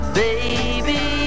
baby